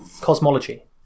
cosmology